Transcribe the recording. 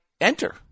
enter